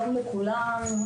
שלום לכולם.